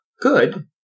good